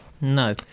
No